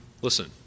listen